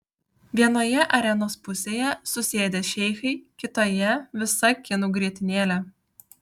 vienoje arenos pusėje susėdę šeichai kitoje visa kinų grietinėlė